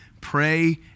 Pray